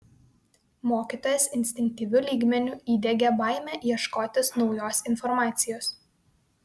mokytojas instinktyviu lygmeniu įdiegė baimę ieškotis naujos informacijos